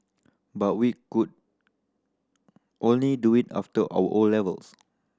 but we could only do it after our 'O' levels